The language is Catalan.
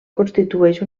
constitueix